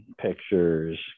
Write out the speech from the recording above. pictures